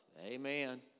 Amen